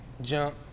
Jump